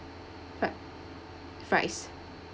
fri~ fries